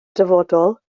dyfodol